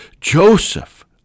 Joseph